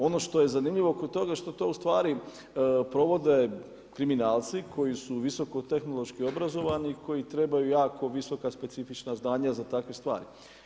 Ono što je zanimljivo kod toga što to ustvari provode kriminalci koji su visoko-tehnološki obrazovani, koji trebaju jako visoka specifična zdanja za takve stvari.